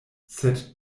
sed